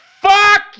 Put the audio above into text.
Fuck